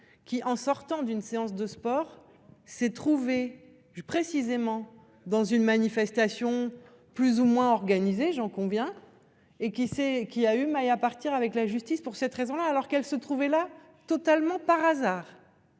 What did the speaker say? qui en sortant d'une séance de sport s'est trouvé je précisément dans une manifestation plus ou moins organisés, j'en conviens. Et qui c'est qui a eu maille à partir avec la justice pour cette raison-là, alors qu'elle se trouvait là totalement par hasard.